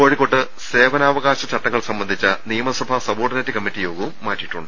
കോഴിക്കോട്ട് സേവനാവകാശ ചട്ടങ്ങൾ സംബന്ധിച്ച നിയമ സഭാ സബോർഡിനേറ്റ് കമ്മിറ്റി യോഗവും മാറ്റിയിട്ടുണ്ട്